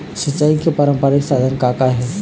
सिचाई के पारंपरिक साधन का का हे?